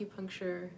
acupuncture